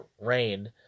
rain